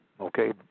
Okay